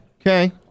Okay